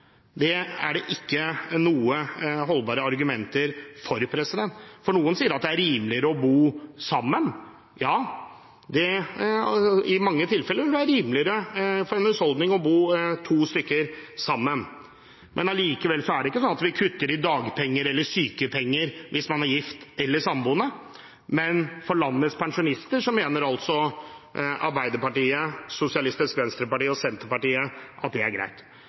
Det er det ikke noen holdbare argumenter for. Noen sier det er rimeligere å bo sammen. Ja, i mange tilfeller er det rimeligere for en husholdning å bo to stykker sammen, men allikevel er det ikke sånn at vi kutter i dagpenger eller sykepenger hvis man er gift eller samboende. Men for landets pensjonister mener altså Arbeiderpartiet, Sosialistisk Venstreparti og Senterpartiet at det er greit.